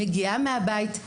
מגיעה מהבית,